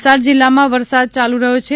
વલસાડ જિલ્લામાં વરસાદ ચાલુ રહ્યો છે